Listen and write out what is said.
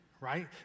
right